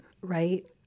right